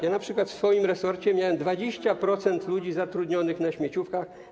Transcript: Ja np. w swoim resorcie miałem 20% ludzi zatrudnionych na śmieciówkach.